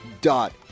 Dot